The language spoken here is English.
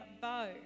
bow